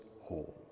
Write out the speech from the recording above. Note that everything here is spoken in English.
whole